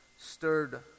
stirred